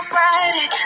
Friday